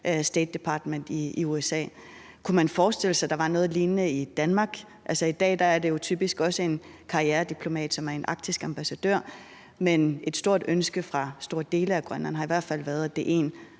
State Department i USA. Kunne man forestille sig, at der var noget lignende i Danmark? I dag er det jo typisk også en karrierediplomat, som er arktisk ambassadør, men et stort ønske fra store dele af Grønland har i hvert fald været, at det er en,